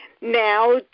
Now